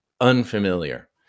unfamiliar